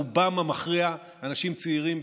רובם המכריע אנשים צעירים,